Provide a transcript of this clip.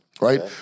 right